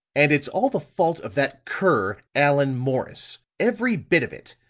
and it's all the fault of that cur allan morris! every bit of it!